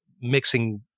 mixing